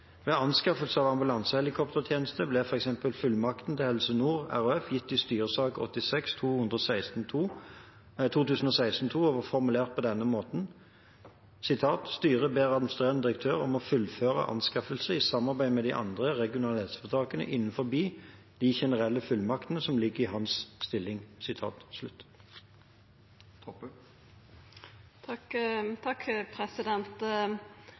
Ved anskaffelse av ambulansehelikoptertjenester ble f.eks. fullmakten til Helse Nord RHF gitt i styresak 86-2016/2, og var formulert på denne måten: «Styret ber administrerende direktør om å fullføre anskaffelsen i samarbeid med de andre regionale helseforetakene innenfor de generelle fullmaktene som ligger i hans stilling».